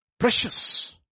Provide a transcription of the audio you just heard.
Precious